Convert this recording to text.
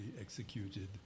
executed